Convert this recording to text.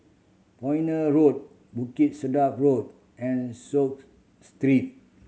Pioneer Road Bukit Sedap Road and Street